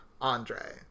Andre